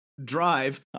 drive